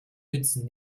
nützen